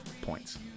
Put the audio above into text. points